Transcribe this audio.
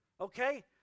okay